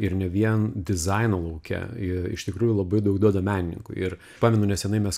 ir ne vien dizaino lauke ir iš tikrųjų labai daug duoda menininkui ir pamenu nesenai mes